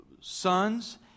sons